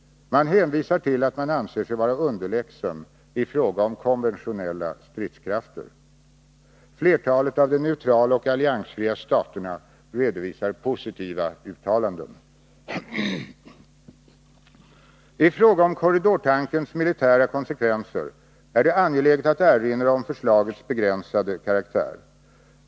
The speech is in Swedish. Man hänvisar till att man anser sig vara underlägsen i fråga om konventionella stridskrafter. Flertalet av de neutrala och alliansfria staterna redovisar positiva uttalanden. I fråga om korridortankens militära konsekvenser är det angeläget att erinra om förslagets begränsade karaktär.